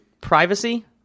privacy